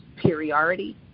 superiority